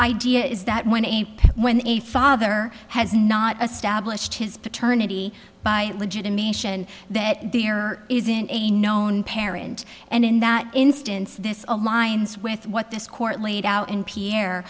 idea is that when a when a father has not established his paternity by legitimation that there isn't a known parent and in that instance this aligns with what this court laid out in pierre